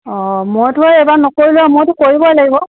অঁ মইতো এইবাৰ নকৰিলোঁৱে মইতো কৰিবই লাগিব